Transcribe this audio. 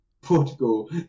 Portugal